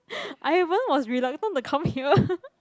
I even was reluctant to come here